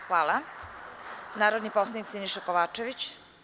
Reč ima narodni poslanik Siniša Kovačević.